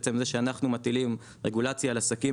עצם זה שאנחנו מטילים רגולציה על עסקים